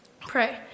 pray